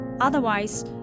otherwise